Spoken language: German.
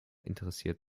interessiert